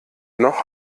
noch